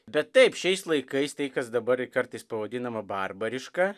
bet taip šiais laikais tai kas dabar kartais pavadinama barbariška